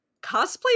Cosplay